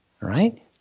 right